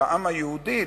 של העם היהודי,